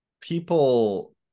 people